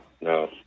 No